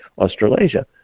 Australasia